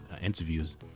interviews